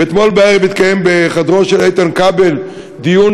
אתמול בערב התקיים בחדרו של איתן כבל דיון,